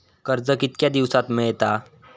कर्ज कितक्या दिवसात मेळता?